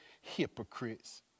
hypocrites